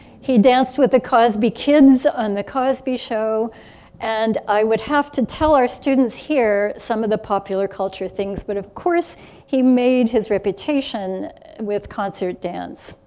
he danced with the cosby kids on the cosby show and i would have to tell our students here some of the popular culture things but of course he made his reputation with concert dance.